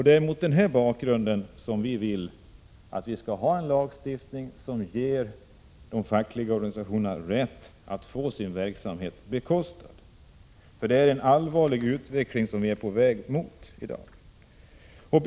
Det är mot denna bakgrund som vi vill ha en lagstiftning som ger de fackliga organisationerna rätt att få sin verksamhet bekostad av företagen. Det är nämligen en allvarlig utveckling som i dag pågår.